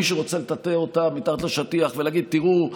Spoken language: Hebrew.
מי שרוצה לטאטא אותה מתחת לשטיח ולהגיד: תראו,